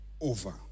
over